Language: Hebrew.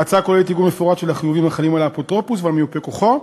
ההצעה כוללת עיגון מפורט של החיובים החלים על אפוטרופוס ועל מיופה כוחו,